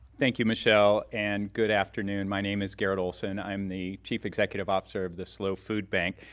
thank you, michelle. and good afternoon. my name is garret olson. i'm the chief executive officer of the slo food bank.